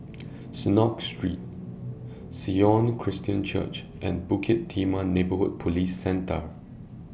Synagogue Street Sion Christian Church and Bukit Timah Neighbourhood Police Centre